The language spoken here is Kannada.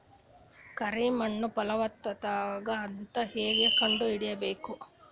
ಕರಿ ಮಣ್ಣು ಫಲವತ್ತಾಗದ ಅಂತ ಹೇಂಗ ಕಂಡುಹಿಡಿಬೇಕು?